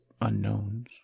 unknowns